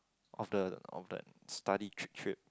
of the of the study trip